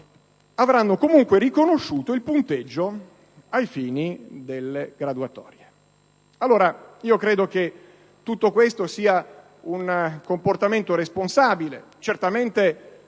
avranno comunque riconosciuto il punteggio ai fini delle graduatorie. Credo che tutto questo denoti un comportamento responsabile, certamente